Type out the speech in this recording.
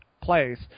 Place